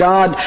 God